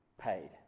paid